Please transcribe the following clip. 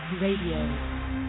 Radio